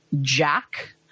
Jack